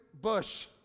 bush